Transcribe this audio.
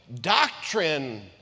doctrine